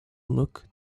look